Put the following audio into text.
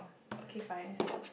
okay fine